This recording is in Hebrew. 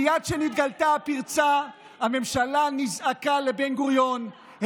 מייד כשנתגלתה הפרצה הממשלה נזעקה לבן-גוריון,